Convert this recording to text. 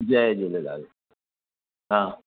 जय झूलेलाल हा